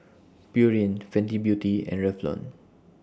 Pureen Fenty Beauty and Revlon